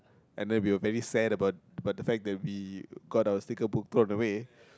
and then we were very sad about about the fact that we got our sticker book thrown away